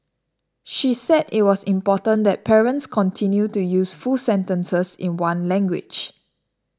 she said it was important that parents continue to use full sentences in one language